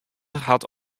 hat